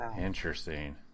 Interesting